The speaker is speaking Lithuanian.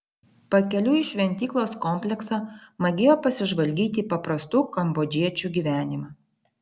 pakeliui į šventyklos kompleksą magėjo pasižvalgyti į paprastų kambodžiečių gyvenimą